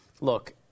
look